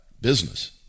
business